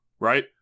Right